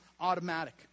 automatic